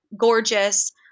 gorgeous